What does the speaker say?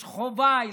יש חובה הלכתית.